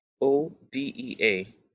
O-D-E-A